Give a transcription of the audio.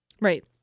Right